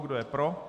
Kdo je pro?